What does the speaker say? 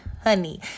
honey